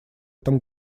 этом